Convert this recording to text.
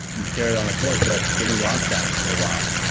you carry it on the court, but then we lost that for a while.